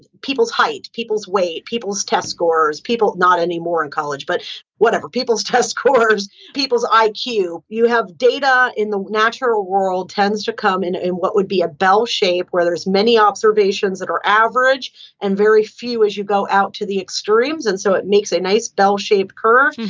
and people's height, people's weight, people's test scores, people. not anymore in college. but whatever people's test scores, scores, people's iq, you you have data in the natural world tends to come in. and what would be a bell shape where there's many observations that are average and very few as you go out to the extremes. and so it makes a nice bell shaped curve.